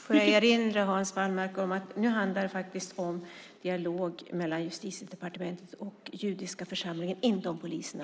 Får jag erinra Hans Wallmark om att det nu handlar om dialog mellan Justitiedepartementet och judiska församlingen, inte om poliserna.